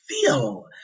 feel